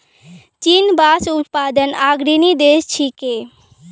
चीन बांस उत्पादनत अग्रणी देश छिके